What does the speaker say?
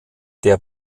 der